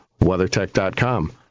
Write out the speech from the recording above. WeatherTech.com